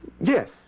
Yes